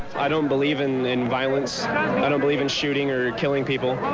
i don't believe in in violence i don't believe in shooting or killing people.